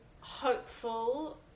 hopeful